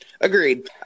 Agreed